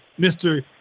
Mr